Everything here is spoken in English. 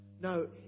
No